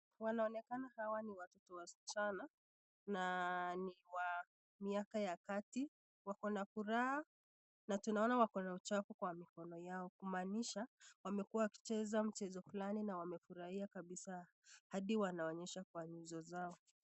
Wanaonekana hawa ni watoto wasichana na ni wa miaka ya kati, wako na furaha na tunaona wako na uchafu kwa mikono yao, kumaanisha wamekuwa wakicheza mchezo fulani na wamefurahia kabisa hadi wanaonyesha kwa nyuso zao.